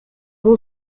był